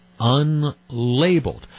unlabeled